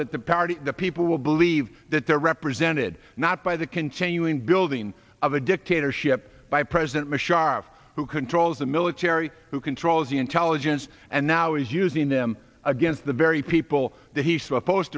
that the party the people will believe that they're represented not by the continuing building of a dictatorship by president bashar who controls the military who controls the intelligence and now is using them against the very people that he's supposed